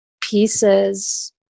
pieces